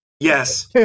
Yes